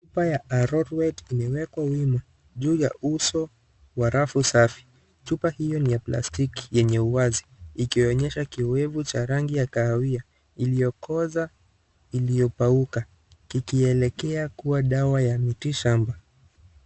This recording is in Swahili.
Chupa ya arorwet imewekwa wima juu ya uso wa rafu safi. Chupa hio ni ya plastiki yenye uwazi ikionyesha kiowevu cha rangi ya kahawia iliokoza ilioyopauka kikielekea kuwa dawa ya mitishamba.